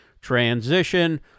transition